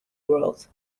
growth